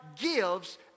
gives